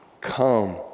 come